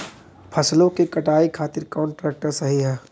फसलों के कटाई खातिर कौन ट्रैक्टर सही ह?